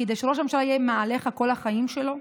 כדי שראש הממשלה יהיה מעליך כל החיים שלו?